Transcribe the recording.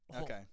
Okay